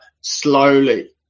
slowly